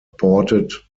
ported